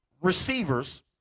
receivers